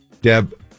Deb